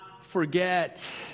forget